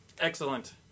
Excellent